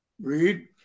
read